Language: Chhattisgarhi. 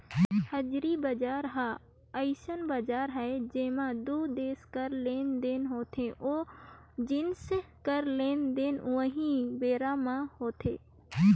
हाजिरी बजार ह अइसन बजार हरय जेंमा दू देस कर लेन देन होथे ओ जिनिस कर लेन देन उहीं बेरा म होथे